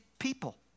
people